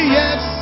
yes